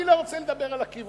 אני לא רוצה לדבר על הכיוונים.